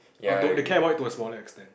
uh to~ they care about it to a smaller extend